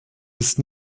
ist